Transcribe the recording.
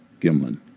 Gimlin